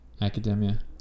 academia